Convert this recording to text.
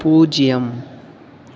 பூஜ்ஜியம்